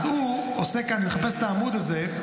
אז הוא עושה כאן, אני מחפש את העמוד הזה.